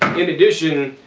in addition,